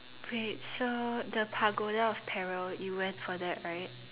great so the Pagoda of Peril though you went for that right